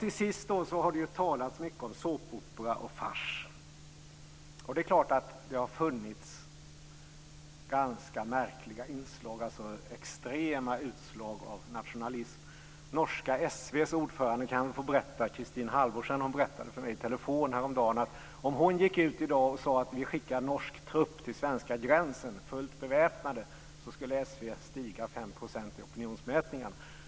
Till sist har det ju talats mycket om såpopera och fars. Det är klart att det har funnits ganska märkliga inslag och extrema utslag av nationalism. Norska sv:s ordförande Kristin Halvorsen berättade för mig i telefon häromdagen att om hon i dag skulle gå ut och säga att vi skickar norsk trupp till svenska gränsen, fullt beväpnad, skulle sv stiga 5 % i opinionsmätningarna.